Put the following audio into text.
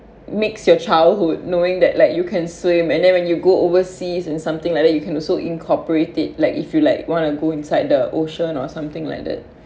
makes your childhood knowing that like you can swim and then when you go overseas and something like that you can also incorporate it like if you like want to go inside the ocean or something like that